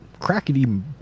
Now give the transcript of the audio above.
Crackety